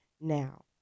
now